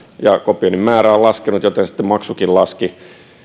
ja kopioinnin määrä on laskenut joten sitten maksukin laski